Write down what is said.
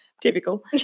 Typical